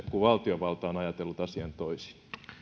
kun valtiovalta on ajatellut asian toisin